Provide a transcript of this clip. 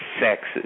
sexes